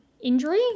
injury